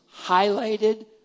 highlighted